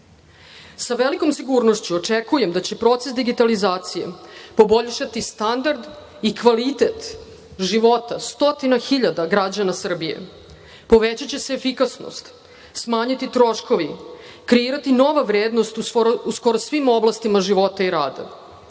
velikom sigurnošću očekujem da će proces digitalizacije poboljšati standard i kvalitet života stotine hiljada građana Srbije. Povećaće se efikasnost, smanjiti troškovi, kreirati nova vrednost u skoro svim oblastima života i rada.